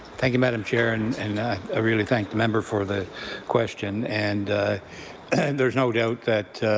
thank you madam chair and and i really thank the member for the question and and there is no doubt that